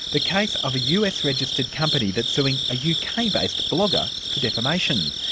the case of a us-registered company that's suing a uk-based blogger for defamation.